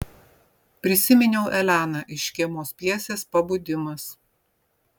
prisiminiau eleną iš škėmos pjesės pabudimas